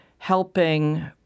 helping